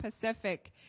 Pacific